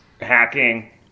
hacking